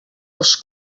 els